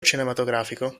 cinematografico